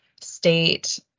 state